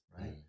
Right